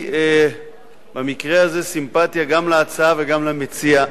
במקרה הזה סימפתיה גם להצעה וגם למציע,